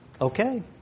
Okay